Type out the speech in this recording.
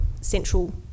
central